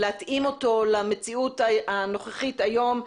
להתאים אותו למציאות הנוכחית היום?